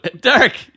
Derek